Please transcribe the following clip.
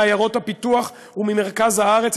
מעיירות הפיתוח וממרכז הארץ.